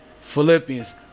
Philippians